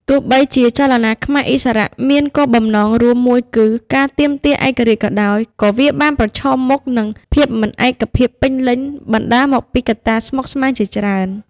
ទោះបីជាចលនាខ្មែរឥស្សរៈមានគោលបំណងរួមមួយគឺការទាមទារឯករាជ្យក៏ដោយ ក៏វាបានប្រឈមមុខនឹងភាពមិនឯកភាពពេញលេញបណ្ដាលមកពីកត្តាស្មុគស្មាញជាច្រើន។